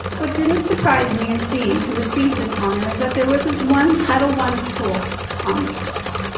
what didn't surprise me in seeing who received this honor is that there wasn't one title one school on this list.